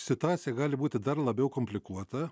situacija gali būti dar labiau komplikuota